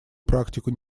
практику